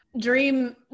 dream